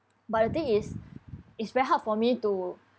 but the thing is it's very hard for me to